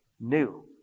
new